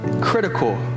Critical